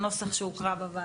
הצבעה בנוסח הוועדה.